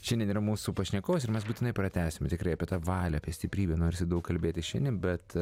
šiandien yra mūsų pašnekovas ir mes būtinai pratęsim tikrai apie tą valią apie stiprybę norisi daug kalbėti šiandien bet